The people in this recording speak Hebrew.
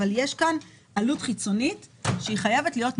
אבל יש כאן עלות חיצונית שחייבת להיות מופנמת.